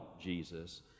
Jesus